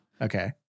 Okay